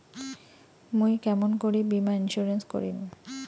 মুই কেমন করি বীমা ইন্সুরেন্স করিম?